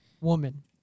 woman